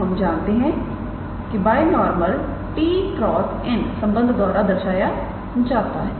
तो हम जानते हैं बायनॉर्मल 𝑡̂×𝑛̂ संबंध द्वारा दर्शाया जाता है